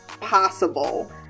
possible